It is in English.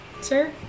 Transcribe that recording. sir